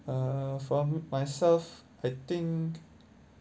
uh for myself I think